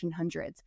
1800s